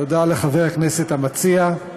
תודה לחבר הכנסת המציע.